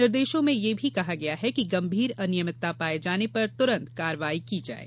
निर्देशों में यह भी कहा गया है कि गंभीर अनियमितता पाये जाने पर तुरन्त कार्यवाही की जाये